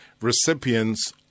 recipients